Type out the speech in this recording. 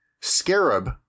Scarab